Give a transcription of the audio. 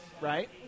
right